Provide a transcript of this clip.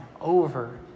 over